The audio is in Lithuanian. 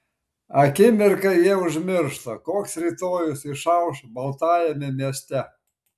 akimirkai jie užmiršta koks rytojus išauš baltajame mieste